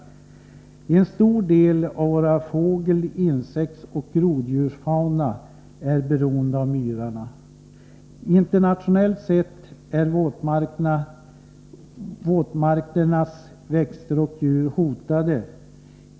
En stor del av vår fågel-, insektsoch groddjursfauna är beroende av myrarna. Internationellt sett är våtmarkernas växter och djur hotade.